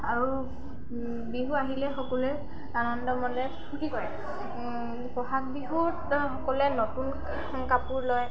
আৰু বিহু আহিলে সকলোৱে আনন্দমনে ফূৰ্তি কৰে বহাগ বিহুত সকলোৱে নতুন কাপোৰ লয়